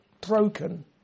broken